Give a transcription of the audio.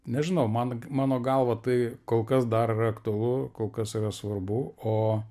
nežinau man mano galva tai kol kas dar yra aktualu kol kas yra svarbu o